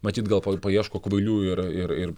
matyt gal pa paieško kvailių yra ir ir ir